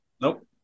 Nope